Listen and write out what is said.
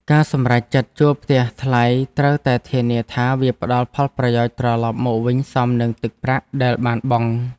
ការសម្រេចចិត្តជួលផ្ទះថ្លៃត្រូវតែធានាថាវាផ្តល់ផលប្រយោជន៍ត្រឡប់មកវិញសមនឹងទឹកប្រាក់ដែលបានបង់។